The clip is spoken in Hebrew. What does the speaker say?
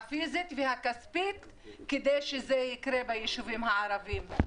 הפיזית והכספית כדי שזה יקרה ביישובים הערביים.